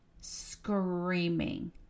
screaming